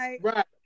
Right